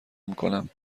میکنم